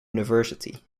university